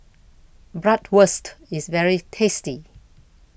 Bratwurst IS very tasty